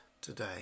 today